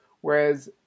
whereas